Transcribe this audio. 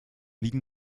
liegen